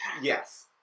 Yes